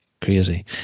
crazy